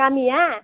गामिया